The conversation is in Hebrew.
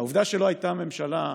העובדה שלא הייתה ממשלה,